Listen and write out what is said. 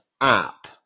app